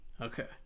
Okay